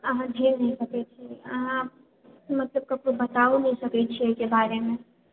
अहाँ झेल नहि सकै छी अहाँ मतलब केकरो बताओ नहि सकै छियै एहिके बारमे